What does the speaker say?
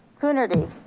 coonerty?